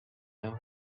now